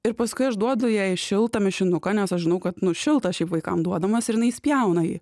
ir paskui aš duodu jai šiltą mišinuką nes aš žinau kad nu šiltas šiaip vaikam duodamas ir jinai išspjauna jį